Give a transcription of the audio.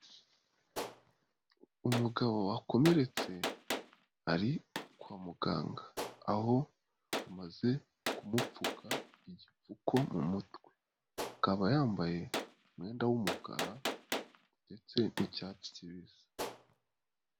Umugabo wakomeretse ari kwa muganga aho umaze kumupfuka igipfuko mu mutwe, akaba yambaye umwenda w'umukara ndetse n'icyatsitibisi.